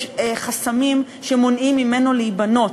יש חסמים שמונעים ממנו להיבנות,